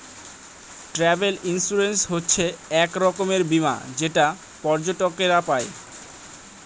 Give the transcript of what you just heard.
travel insurance হচ্ছে এক রকমের বীমা যেটা পর্যটকরা পাই